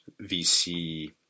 VC